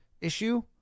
issue